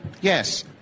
yes